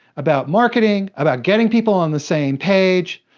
about marketing, about getting people on the same page.